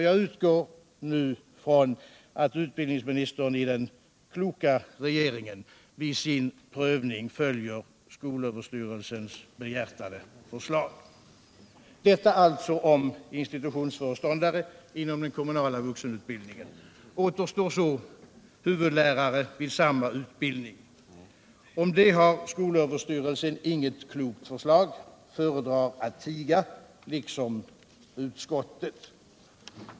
Jag utgår ifrån att utbildningsministern i den kloka regeringen i sin prövning följer skolöverstyrelsens behjärtade förslag. — Detta alltså om institutionsföreståndare inom den kommunala vuxenutbildningen. Återstår så huvudlärare vid samma utbildning. Om det har skolöverstyrelsen inget klokt förslag. Den föredrar att tiga, liksom utskottet.